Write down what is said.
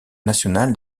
national